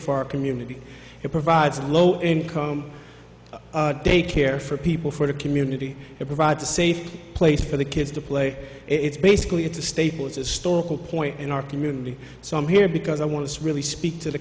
our community it provides low income daycare for people for the community it provides a safe place for the kids to play it's basically it's a staple of historical point in our community so i'm here because i want to really speak to the